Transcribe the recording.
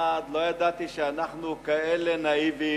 אחד, לא ידעתי שאנחנו כאלה נאיביים,